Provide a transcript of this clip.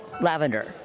lavender